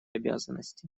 обязанности